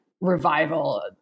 revival